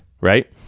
right